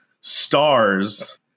stars